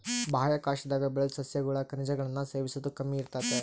ಬಾಹ್ಯಾಕಾಶದಾಗ ಬೆಳುದ್ ಸಸ್ಯಗುಳಾಗ ಖನಿಜಗುಳ್ನ ಸೇವಿಸೋದು ಕಮ್ಮಿ ಇರ್ತತೆ